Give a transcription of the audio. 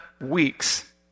weeks